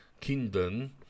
kingdom